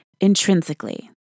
intrinsically